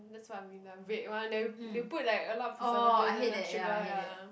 that's what I mean the red one they lah they put like a lot of preservatives then the sugar ya